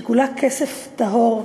שכולה כסף טהור,